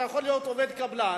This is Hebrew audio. אתה יכול להיות עובד קבלן,